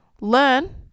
learn